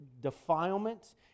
defilement